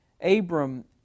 Abram